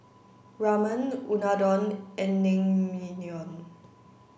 Ramen Unadon and Naengmyeon